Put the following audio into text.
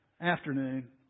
afternoon